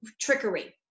trickery